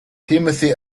timothy